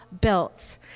built